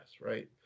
Right